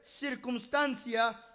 circunstancia